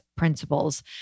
principles